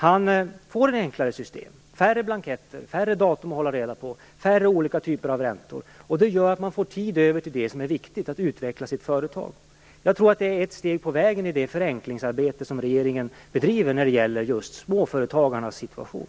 Han får ett enklare system, färre blanketter, färre datum att hålla reda på, färre olika typer av räntor, och det gör att man får tid över till det som är viktigt, att utveckla sitt företag. Jag tror att detta är ett steg på vägen i det förenklingsarbete som regeringen bedriver när det gäller just småföretagarnas situation.